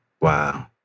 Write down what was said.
Wow